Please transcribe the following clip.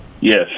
Yes